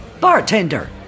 bartender